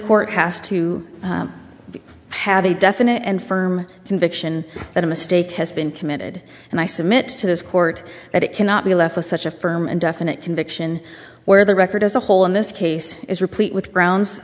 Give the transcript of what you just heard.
court has to have a definite and firm conviction that a mistake has been committed and i submit to this court that it cannot be left with such a firm and definite conviction where the record as a whole in this case is replete with grounds